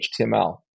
HTML